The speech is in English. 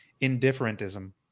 indifferentism